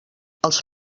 els